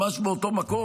ממש באותו מקום.